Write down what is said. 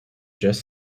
just